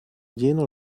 jener